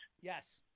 Yes